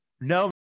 No